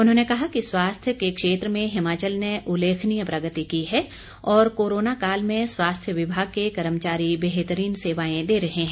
उन्होंने कहा कि स्वास्थ्य के क्षेत्र में हिमाचल ने उल्लेखनीय प्रगति की है और कोरोना काल में स्वास्थ्य विभाग के कर्मचारी बेहतरीन सेवाएं दे रहे हैं